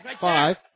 five